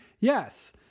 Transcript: Yes